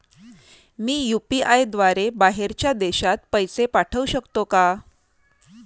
मी UPI द्वारे बाहेरच्या देशात पैसे पाठवू शकतो का?